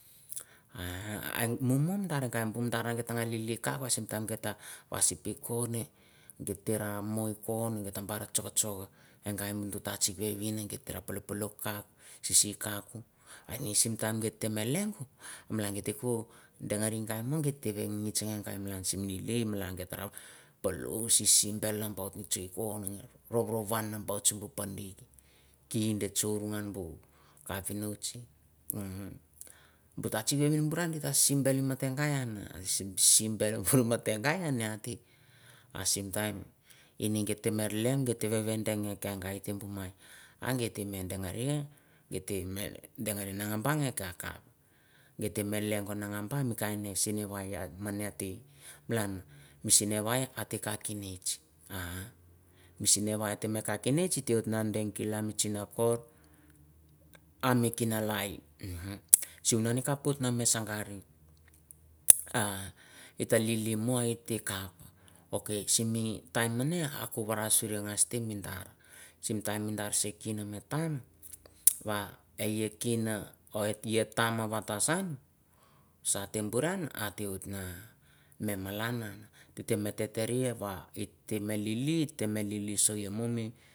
Ah, ai muhmuh mandarr gita gah lili kavah sah, simtime cha shi pihconeh. Giteherra moi cohneh, giteherra choc, choc heigai munduh taitih shi buh vehvin gitera pulot, palot kaph, shishi kaph. Ah simtime geteh melenoh, meh geteh cho dangereh gai moh, giteh gitsh geh gai malan similey malan, gitarey paloh shishi belaumoh nambaut mi chingoh nahgerr, oh wan nambaut simbuh pandih, kindeh chu buh kapunichi. Him, m, datisnah burang giterah simbel mataiganhan, simbel ha. ha, mataigai hani hate. Ah simtime mang giteh beh leu gateh vehveh dang gai tah mai, ha geteh beh danereh. Giteh beh dangereh manahbah kaph, giteh meh lengoh nangabah ah sinnah woh nan yag teh malan. Mi sana woh hate kaphanist, mi sinah waih ateh kaphanist, hita nah dang kilah mi chinahcho. Ah mi kinah lai simh mi time menneh chowarrasteh, mindarr. Simtime mindarr kih mih time, wah hei hiteh hi kih nah or chotatah tah wahsah sanh satebuhran hate wohot nah malanah giteh vehterihe wah hita meh lili, hita meh lili sohvamoh neh